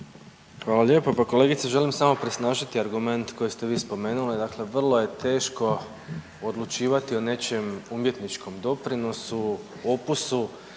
Hvala lijepo. Pa kolegice želim samo … /ne razumije se/ … argument koji ste vi spomenuli. Dakle, vrlo je teško odlučivati o nečijem umjetničkom doprinosu, opusu